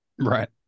Right